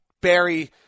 Barry